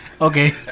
Okay